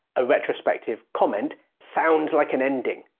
a retrospective comment sounds like an ending.